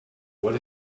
what